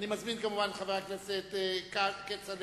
אני מזמין את חבר הכנסת כצל'ה,